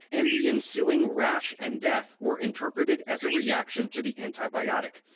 and the ensuing rash and death were interpreted as a reaction to the antibiotic.